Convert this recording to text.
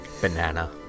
Banana